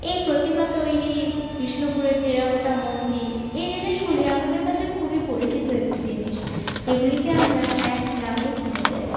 এই প্রতিমা তৈরি বিষ্ণুপুরের টেরাকোটা মন্দির এই জিনিসগুলি আমাদের কাছে খুবই পরিচিত একটি জিনিস এগুলিকে আমরা এক নামেই চিনে যাই